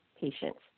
patients